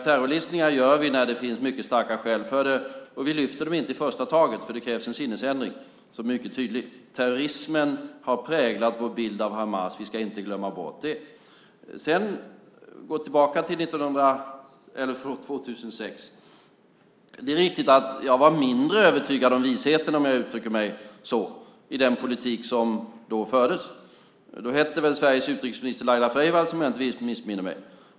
Terrorlistningar gör vi när det finns mycket starka skäl för det, och vi lyfter dem inte i första taget, för det krävs en sinnesändring som är mycket tydlig. Terrorismen har präglat vår bild av Hamas. Vi ska inte glömma bort det. Sedan kan jag gå tillbaka till 2006. Det är riktigt att jag var mindre övertygad om visheten, om jag uttrycker mig så, i den politik som då fördes. Då hette väl Sveriges utrikesminister Laila Freivalds, om jag inte missminner mig.